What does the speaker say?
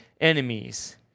enemies